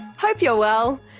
hope you're well.